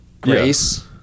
Grace